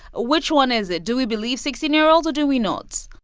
which one is it? do we believe sixteen year olds or do we not?